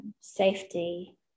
safety